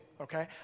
okay